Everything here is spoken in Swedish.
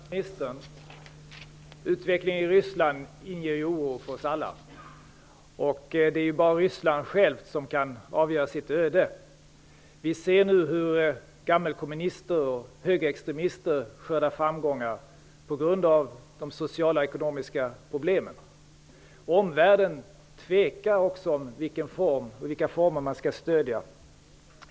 Herr talman! Jag har en fråga till statsministern. Utvecklingen i Ryssland inger oss alla oro. Det är bara Ryssland självt som kan avgöra sitt öde. Vi ser nu hur gammelkommunister och högerextremister skördar framgångar på grund av de sociala och ekonomiska problemen. Omvärlden tvekar också om i vilken form man skall stödja.